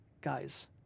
guys